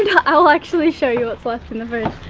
and i'll actually show you what's left in the fridge